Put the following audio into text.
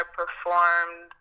performed